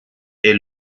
est